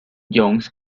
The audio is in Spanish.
jones